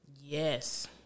Yes